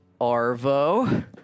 Arvo